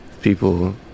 People